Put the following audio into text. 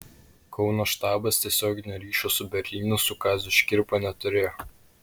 kauno štabas tiesioginio ryšio su berlynu su kaziu škirpa neturėjo